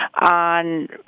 on